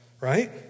Right